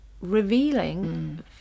revealing